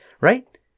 Right